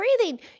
breathing